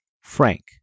Frank